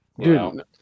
dude